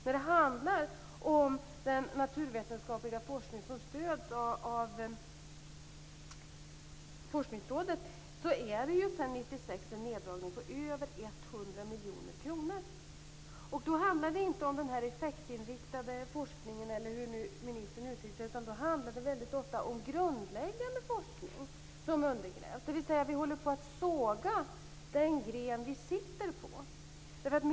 När det handlar om den naturvetenskapliga forskning som stöds av forskningsrådet är det ju sedan 1996 en neddragning på över 100 miljoner kronor. Då handlar det inte om den här effektinriktade forskningen, eller hur ministern nu uttryckte det, utan då handlar det väldigt ofta om grundläggande forskning som undergrävs. Vi håller på att såga av den gren vi sitter på.